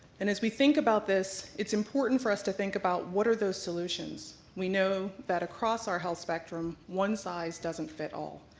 and as we think about this, it's important for us to think about what are those solutions. we know that across our had health spectrum, one size doesn't fit all.